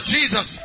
Jesus